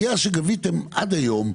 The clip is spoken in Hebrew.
הכסף שגביתם עד היום,